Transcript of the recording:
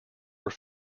were